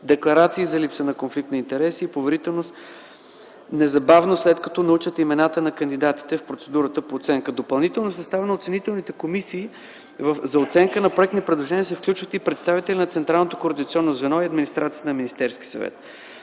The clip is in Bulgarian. декларация за липса на конфликт на интереси и поверителност, незабавно след като научат имената на кандидатите в процедурата по оценка. Допълнително в състава на оценителните комисии за оценка на проектни предложения се включват и представители на Централното координационно звено и администрацията на Министерския съвет.